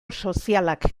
sozialak